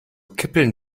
kippeln